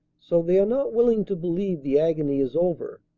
so they are not willing to believe the agony is over.